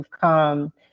come